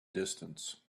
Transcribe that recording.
distance